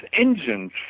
engines